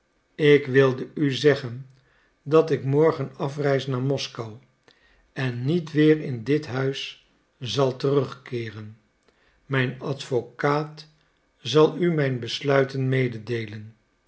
ik wilde u zeggen dat ik morgen afreis naar moskou en niet weer in dit huis zal terugkeeren mijn advocaat zal u mijn besluiten mededeelen